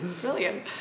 Brilliant